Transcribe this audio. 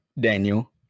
Daniel